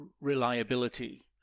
reliability